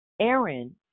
Aaron